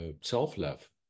self-love